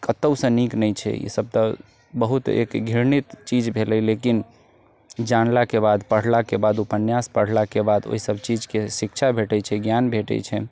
कतौ सँ नीक नहि छै ई सब तऽ बहुत एक घृणित चीज भेलै लेकिन जानलाके बाद पढ़लाके बाद उपन्यास पढ़लाके बाद ओइसब चीजके शिक्षा भेटै छै ज्ञान भेटै छै